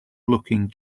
looking